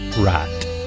Right